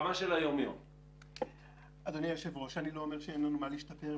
שאתה, אדוני היושב-ראש הערת עליה.